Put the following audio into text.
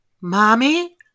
Mommy